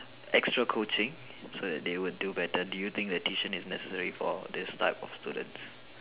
extra coaching so that they would do better do you think that tuition is necessary for these type of students